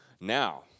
Now